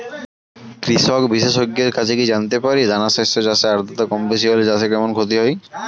কৃষক বিশেষজ্ঞের কাছে কি জানতে পারি দানা শস্য চাষে আদ্রতা কমবেশি হলে চাষে কেমন ক্ষতি হয়?